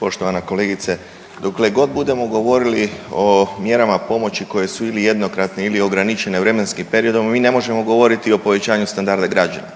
Poštovana kolegice, dokle god budemo govorili o mjerama pomoći koje su ili jednokratne ili ograničene vremenskim periodom mi ne možemo govoriti o povećanju standarda građana,